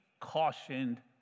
cautioned